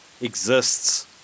exists